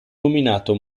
nominato